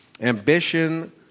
ambition